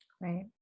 Right